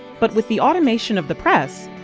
but with the automation of the press,